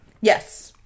Yes